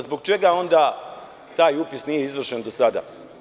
Zbog čega onda taj upis nije izvršen do sada?